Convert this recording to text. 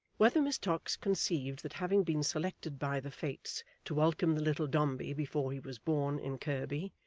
whether miss tox conceived that having been selected by the fates to welcome the little dombey before he was born, in kirby,